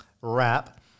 wrap